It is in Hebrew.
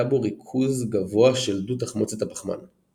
בו ריכוז גבוה של דו־תחמוצת הפחמן.